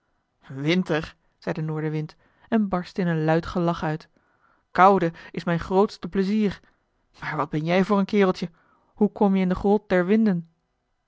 winter zei de noordenwind en barstte in een luid gelach uit koude is mijn grootste plezier maar wat ben jij voor een kereltje hoe kom je in de grot der winden